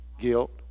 guilt